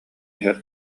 иһэр